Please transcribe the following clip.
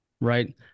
Right